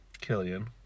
Killian